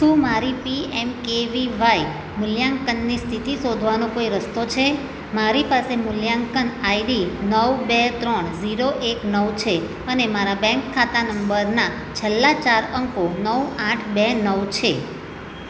શું મારી P M K V Y મૂલ્યાંકનની સ્થિતિ શોધવાનો કોઈ રસ્તો છે મારી પાસે મૂલ્યાંકન આઈડી નવ બે ત્રણ જીરો એક નવ છે અને મારા બેંક ખાતા નંબરના છેલ્લા ચાર અંકો નવ આઠ બે નવ છે